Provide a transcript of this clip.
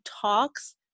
talks